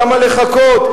למה לחכות?